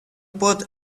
put